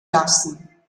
lassen